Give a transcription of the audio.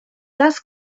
las